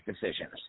decisions